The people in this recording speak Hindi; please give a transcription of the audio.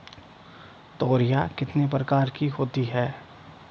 तोरियां कितने प्रकार की होती हैं?